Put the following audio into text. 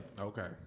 Okay